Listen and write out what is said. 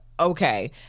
okay